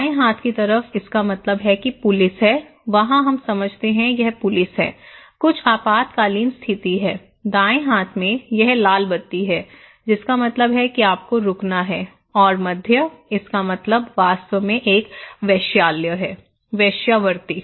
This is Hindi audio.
बाएं हाथ की तरफ इसका मतलब है कि पुलिस है वहां हम समझते हैं यह पुलिस है कुछ आपातकालीन स्थिति है दाएं हाथ में यह लाल बत्ती है जिसका मतलब है कि आपको रुकना है और मध्य इसका मतलब वास्तव में एक वेश्यालय है वेश्यावृत्ति